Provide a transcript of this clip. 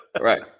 Right